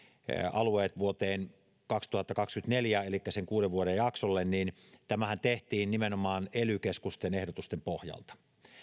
vuoteen kaksituhattakaksikymmentäneljä elikkä sille kuuden vuoden jaksolle niin tämähän tehtiin nimenomaan ely keskusten ehdotusten pohjalta